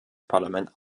parlament